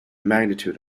magnitude